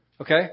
Okay